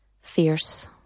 fierce